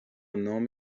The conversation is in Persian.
نام